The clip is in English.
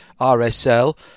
RSL